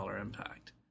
impact